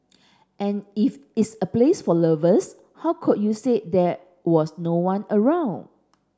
and if it's a place for lovers how could you say there was no one around